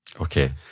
Okay